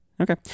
Okay